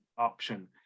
option